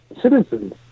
citizens